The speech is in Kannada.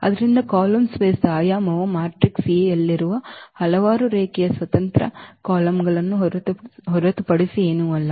ಆದ್ದರಿಂದ ಕಾಲಮ್ ಸ್ಪೇಸ್ ದ ಆಯಾಮವು ಮ್ಯಾಟ್ರಿಕ್ಸ್ Aಯಲ್ಲಿರುವ ಹಲವಾರು ರೇಖೀಯ ಸ್ವತಂತ್ರ ಕಾಲಮ್ಗಳನ್ನು ಹೊರತುಪಡಿಸಿ ಏನೂ ಅಲ್ಲ